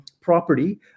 property